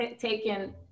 taken